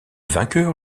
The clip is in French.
vainqueur